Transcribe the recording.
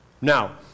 Now